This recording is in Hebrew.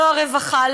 לא הרווחה,